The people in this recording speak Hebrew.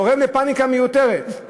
גורם לפניקה מיותרת.